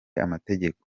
amategeko